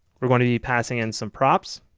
we're going to be passing in some props